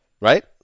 right